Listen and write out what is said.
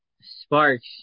Sparks